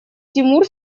тимур